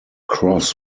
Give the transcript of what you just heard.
cross